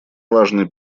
важный